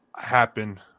happen